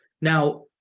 now